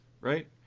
right